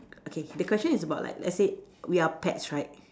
okay the question is about like let's say we are pets right